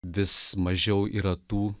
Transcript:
vis mažiau yra tų